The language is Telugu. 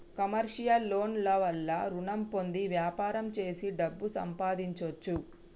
కమర్షియల్ లోన్ ల వల్ల రుణం పొంది వ్యాపారం చేసి డబ్బు సంపాదించొచ్చు